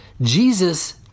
Jesus